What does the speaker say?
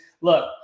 look